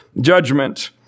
judgment